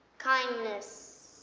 kindness.